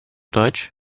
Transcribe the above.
deutsch